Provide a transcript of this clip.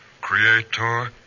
creator